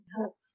hope